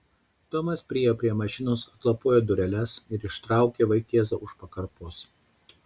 tomas priėjo prie mašinos atlapojo dureles ir ištraukė vaikėzą už pakarpos